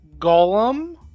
Golem